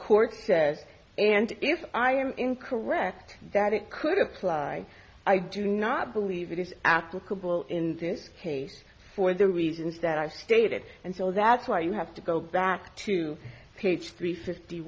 court says and if i am incorrect that it could apply i do not believe it is applicable in this case for the reasons that i stated and so that's why you have to go back to page three fifty